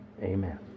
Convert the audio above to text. amen